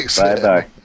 Bye-bye